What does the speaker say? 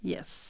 Yes